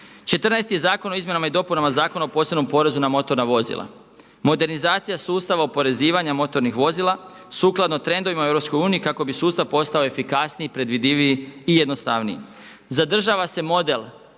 je Zakon o izmjenama i dopunama Zakona o posebnom porezu na motorna vozila, modernizacija sustava oporezivanja motornih vozila sukladno trendovima u EU kako bi sustav postao efikasniji, predvidiviji i jednostavniji. Zadržava se model